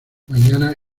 mañana